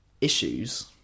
issues